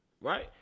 right